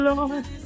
Lord